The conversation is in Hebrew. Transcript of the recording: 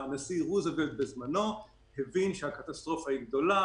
הנשיא רוזוולט הבין שהקטסטרופה היא גדולה,